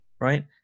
right